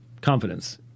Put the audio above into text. confidence